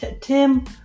Tim